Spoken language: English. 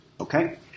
Okay